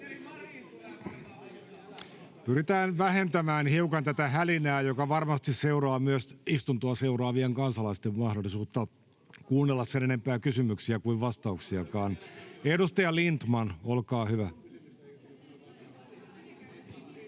Pyritään vähentämään hiukan tätä hälinää, joka varmasti haittaa myös istuntoa seuraavien kansalaisten mahdollisuutta kuunnella sen enempää kysymyksiä kuin vastauksiakaan. — Edustaja Lindtman, olkaa hyvä.